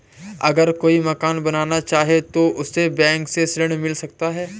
अगर कोई मकान बनाना चाहे तो उसे बैंक से ऋण मिल सकता है?